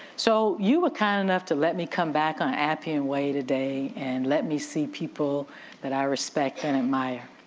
so you were kind enough to let me come back on appian way today and let me see people that i respect and admire